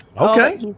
Okay